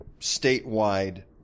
statewide